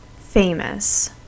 famous